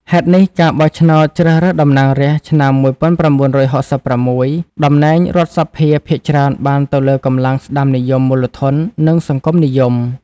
ហេតុនេះ ការបោះឆ្នោតជ្រើសរើសតំណាងរាស្ត្រឆ្នាំ ១៩៦៦ តំណែងរដ្ឋសភាភាគច្រើនបានទៅលើកម្លាំងស្តាំនិយម មូលធន និងសង្គមនិយម។